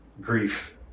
grief